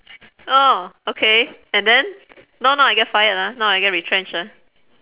oh okay and then not not I get fired ah not I get retrenched ah